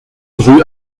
rue